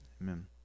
amen